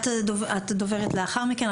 את הדוברת לאחר מכן,